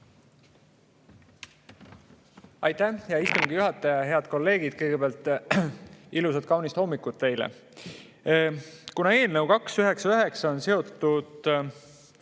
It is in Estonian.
Aitäh, hea istungi juhataja! Head kolleegid! Kõigepealt ilusat, kaunist hommikut teile! Kuna eelnõu 299 on seotud